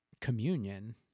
communion